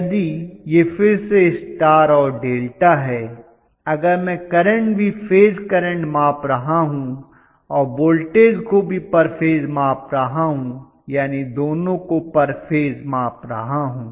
यदि यह फिर से स्टार और डेल्टा है अगर मैं करंट भी फेज करंट माप रहा हूँ और वोल्टेज को भी पर फेज माप रहा हूँ यानी दोनों को पर फेज माप रहा हूँ